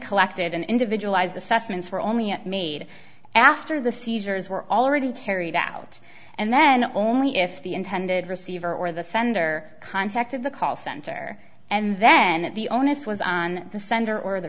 collected and individualized assessments were only yet made after the seizures were already carried out and then only if the intended receiver or the sender contacted the call center and then the onus was on the sender or the